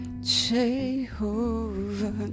Jehovah